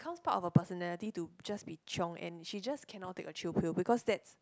counts part of her personality to just be chiong and she just cannot take a chill pill because that's